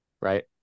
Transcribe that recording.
Right